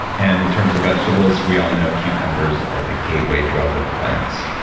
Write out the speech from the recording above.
and in terms of vegetables, we all know cucumbers are the gateway drug of plants,